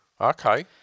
okay